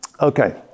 Okay